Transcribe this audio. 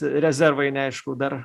rezervai neaišku dar